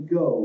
go